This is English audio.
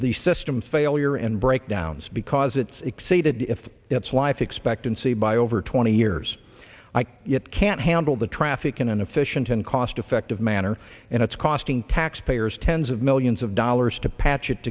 the systems failure and breakdowns because it's exceeded if it's life expectancy by over twenty years it can't handle the traffic in an efficient and cost effective manner and it's costing taxpayers tens of millions of dollars to patch it